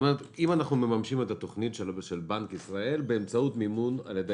אם אנחנו מממשים את התכנית של בנק ישראל באמצעות מימון על-ידי